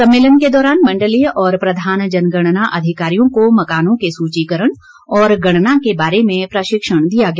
सम्मेलन के दौरान मंडलीय और प्रधान जनगणना अधिकारियों को मकानों के सूचीकरण और गणना के बारे में प्रशिक्षण दिया गया